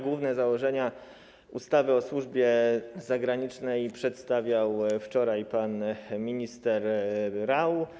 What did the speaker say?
Główne założenia ustawy o służbie zagranicznej przedstawiał wczoraj pan minister Rau.